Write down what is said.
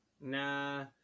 nah